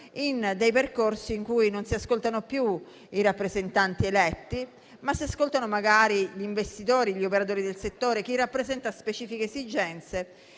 in percorsi in cui non si ascoltano più i rappresentanti eletti, ma si ascoltano magari gli investitori e gli operatori del settore o chi rappresenta specifiche esigenze